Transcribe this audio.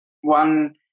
one